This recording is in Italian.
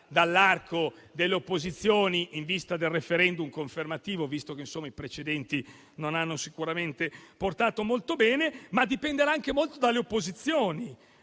dall'arco delle opposizioni in vista del *referendum* confermativo, visto che, insomma, i precedenti non hanno sicuramente portato molto bene. Ma dipenderà anche molto dalle stesse opposizioni,